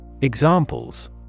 Examples